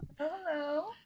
Hello